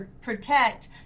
protect